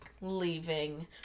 leaving